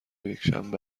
یکشنبه